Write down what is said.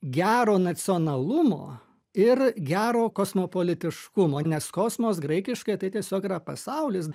gero nacionalumo ir gero kosmopolitiškumo nes kosmos graikiškai tai tiesiog yra pasaulis